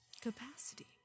Capacity